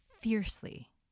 fiercely